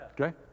okay